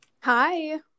Hi